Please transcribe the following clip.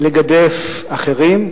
לגדף אחרים.